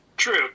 True